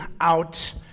out